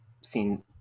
seen